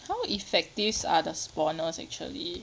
how effective are the spawners actually